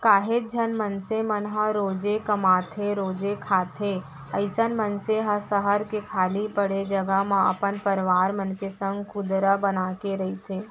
काहेच झन मनसे मन ह रोजे कमाथेरोजे खाथे अइसन मनसे ह सहर के खाली पड़े जघा म अपन परवार मन के संग कुंदरा बनाके रहिथे